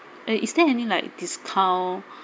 and is there any like discount